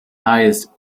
highest